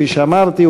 כפי שאמרתי,